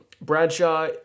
Bradshaw